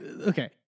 okay